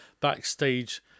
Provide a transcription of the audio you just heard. backstage